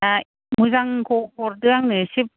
दा मोजांखौ हरदो आंनो एसे